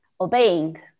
obeying